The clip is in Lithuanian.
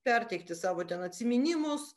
perteikti savo ten atsiminimus